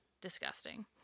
disgusting